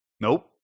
nope